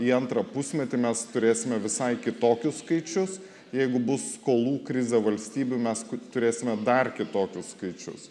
į antrą pusmetį mes turėsime visai kitokius skaičius jeigu bus skolų krizė valstybių mes turėsime dar kitokius skaičius